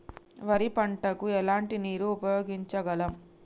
వరి పంట కు ఎలాంటి నీరు ఉపయోగించగలం?